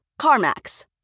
CarMax